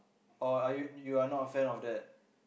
or are you you are not a fan of that